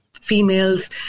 females